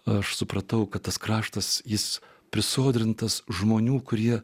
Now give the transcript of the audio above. aš supratau kad tas kraštas jis prisodrintas žmonių kurie